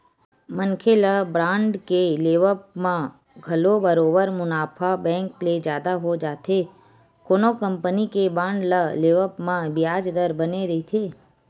मनखे ल बांड के लेवब म घलो बरोबर मुनाफा बेंक ले जादा हो जाथे कोनो कंपनी के बांड ल लेवब म बियाज दर बने रहिथे